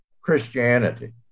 Christianity